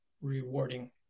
rewarding